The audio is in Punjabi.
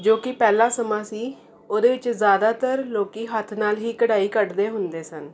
ਜੋ ਕਿ ਪਹਿਲਾ ਸਮਾਂ ਸੀ ਉਹਦੇ ਵਿੱਚ ਜ਼ਿਆਦਾਤਰ ਲੋਕ ਹੱਥ ਨਾਲ ਹੀ ਕਢਾਈ ਕੱਢਦੇ ਹੁੰਦੇ ਸਨ